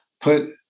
put